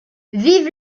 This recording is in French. vive